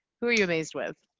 who are you amazed with?